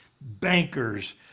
bankers